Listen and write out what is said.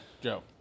Joe